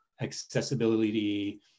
accessibility